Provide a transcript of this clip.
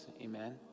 Amen